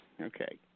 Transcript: Okay